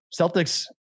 Celtics